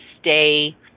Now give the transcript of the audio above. stay